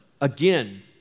Again